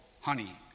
honey